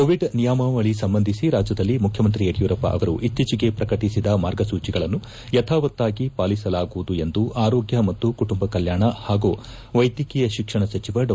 Covid ನಿಯಮಾವಳಿ ಸಂಬಂಧಿಸಿ ರಾಜ್ಯದಲ್ಲಿ ಮುಖ್ಯಮಂತ್ರಿ ಯಡಿಯೂರಪ್ಪ ಅವರು ಇತ್ತೀಚೆಗೆ ಪ್ರಕಟಿಸಿದ ಮಾರ್ಗಸೂಚಿಗಳನ್ನು ಯಥಾವತ್ತಾಗಿ ಪಾಲಿಸಲಾಗುವುದು ಎಂದು ಆರೋಗ್ಯ ಮತ್ತು ಕುಟುಂಬ ಕಲ್ಯಾಣ ಹಾಗೂ ವೈದ್ಯಕೀಯ ಶಿಕ್ಷಣ ಸಚಿವ ಡಾ